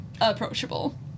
approachable